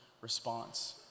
response